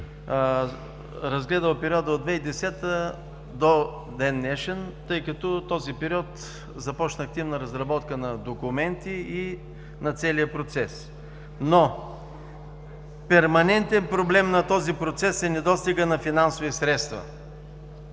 разгледала периода от 2010 г. до ден днешен, тъй като в този период започна активна разработка на документи и на целия процес. Перманентен проблем на този процес е недостигът на финансови средства.